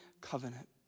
covenant